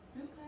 okay